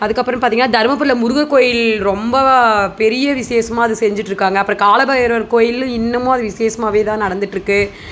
அதுக்கப்புறோ பார்த்திங்னா தர்மபுரியில் முருகன் கோவில் ரொம்ப பெரிய விஷேசமாக அது செஞ்சுட்டு இருக்காங்க அதுக்கப்புறோ காலபைரவர் கோவிலு இன்னமும் அது விஷேசமாவே தான் நடந்துகிட்டு இருக்குது